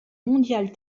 mondial